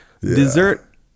dessert